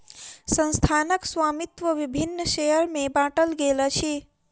संस्थानक स्वामित्व विभिन्न शेयर में बाटल गेल अछि